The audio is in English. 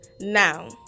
now